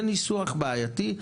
זה ניסוח בעייתי,